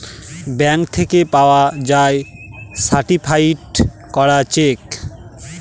bank থেকে পাওয়া যায় সার্টিফায়েড করা চেক